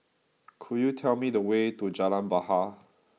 could you tell me the way to Jalan Bahar